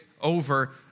over